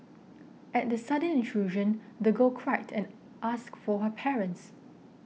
at the sudden intrusion the girl cried and asked for her parents